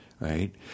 right